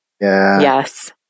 Yes